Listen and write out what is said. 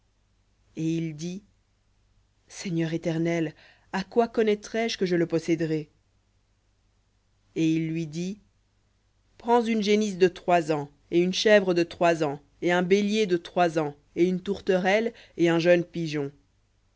et il dit seigneur éternel à quoi connaîtrai je que je le posséderai et il lui dit prends une génisse de trois ans et une chèvre de trois ans et un bélier de trois ans et une tourterelle et un jeune pigeon